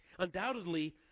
Undoubtedly